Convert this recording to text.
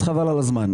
אז חבל על הזמן.